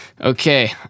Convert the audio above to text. Okay